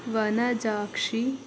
Vanajakshi